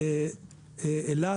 אילת,